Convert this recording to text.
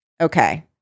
Okay